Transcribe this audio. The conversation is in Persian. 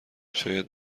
شاید